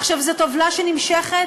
עכשיו, זאת עוולה שנמשכת